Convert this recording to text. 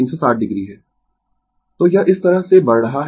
Refer Slide Time 0418 तो यह इस तरह से बढ़ रहा है